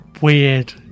weird